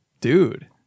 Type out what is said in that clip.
dude